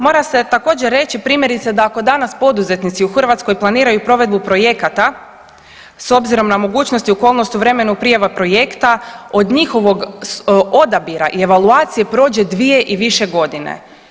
Mora se također reći primjerice da ako danas poduzetnici u Hrvatskoj planiraju provedbu projekata s obzirom na mogućnosti okolnosti vremena prijave projekta od njihovog odabira i evaluacije prođe dvije i više godina.